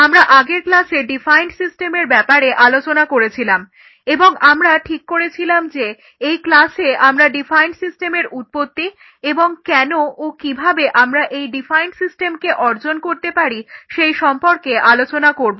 আমরা আগের ক্লাসে ডিফাইন্ড সিস্টেমের ব্যাপারে আলোচনা করেছিলাম এবং আমরা ঠিক করেছিলাম যে এই ক্লাসে আমরা এই ডিফাইন্ড সিস্টেমের উৎপত্তি এবং কেন ও কিভাবে আমরা এই ডিফাইন্ড সিস্টেমকে অর্জন করতে পারি সেই সম্পর্কে আলোচনা করব